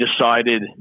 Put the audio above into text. decided